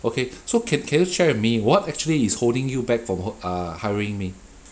okay so ca~ can you share with me what actually is holding you back from uh hiring me